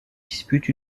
disputent